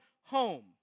home